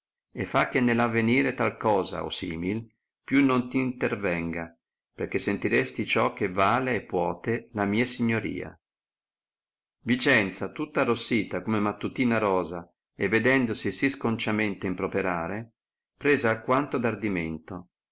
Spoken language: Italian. e fa che ne l avenire tal cosa o simil più non t intervenga perchè sentiresti ciò che vale e puote la mia signoria vicenza tutta arrossita come mattutina rosa e vedendosi sì sconciamente improperare prese alquanto d'ardimento